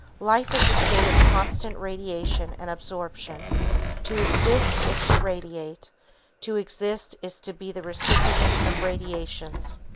life is a state of constant radiation and absorption to exist is to radiate to exist is to be the recipient of radiations.